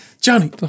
Johnny